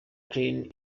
plane